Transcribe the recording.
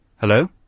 Hello